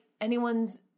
anyone's